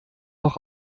noch